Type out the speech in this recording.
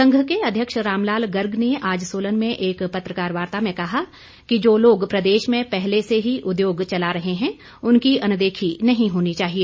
संघ के अध्यक्ष रामलाल गर्ग ने आज सोलन में एक पत्रकार वार्ता में कहा कि जो लोग प्रदेश में पहले से ही उद्योग चला रहे हैं उनकी अनदेखी नहीं होनी चाहिए